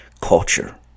culture